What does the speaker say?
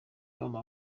mama